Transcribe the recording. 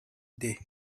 day